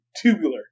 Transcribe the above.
Tubular